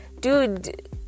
Dude